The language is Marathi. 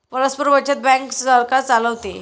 परस्पर बचत बँक सरकार चालवते